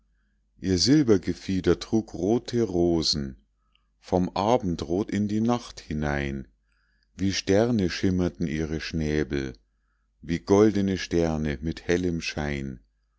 ihr silbergefieder trug rote rosen vom abendrot in die nacht hinein wie sterne schimmerten ihre schnäbel wie goldene sterne mit hellem schein